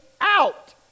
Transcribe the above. out